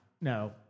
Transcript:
No